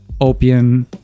opium